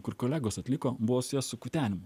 kur kolegos atliko buvo susijęs su kutenimu